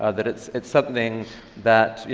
ah that it's it's something that,